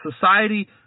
society